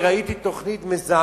בעד, 22, נגד,